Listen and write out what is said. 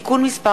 (תיקון מס'